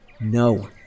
No